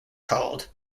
called